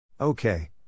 Okay